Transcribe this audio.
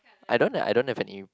I don't have I don't have any